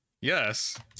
Yes